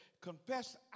confess